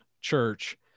church